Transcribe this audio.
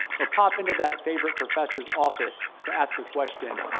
or pop into that favorite professor's office to ask a question,